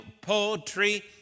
poetry